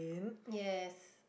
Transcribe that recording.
yes